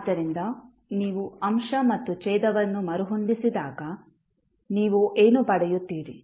ಆದ್ದರಿಂದ ನೀವು ಅಂಶ ಮತ್ತು ಛೇದವನ್ನು ಮರುಹೊಂದಿಸಿದಾಗ ನೀವು ಏನು ಪಡೆಯುತ್ತೀರಿ